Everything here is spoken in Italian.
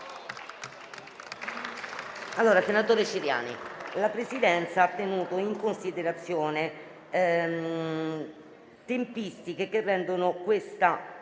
Senatore Ciriani, la Presidenza ha tenuto in considerazione tempistiche che rendono la